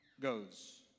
goes